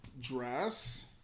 dress